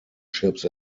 ships